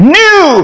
new